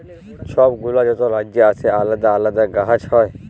ছব গুলা যত রাজ্যে আসে আলেদা আলেদা গাহাচ হ্যয়